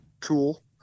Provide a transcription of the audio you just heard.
tool